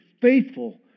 faithful